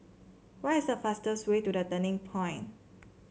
what is the fastest way to The Turning Point